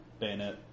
Bayonet